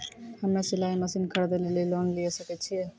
हम्मे सिलाई मसीन खरीदे लेली लोन लिये सकय छियै?